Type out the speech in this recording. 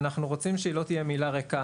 ואנחנו רוצים שהיא לא תהיה מילה ריקה,